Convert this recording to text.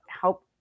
help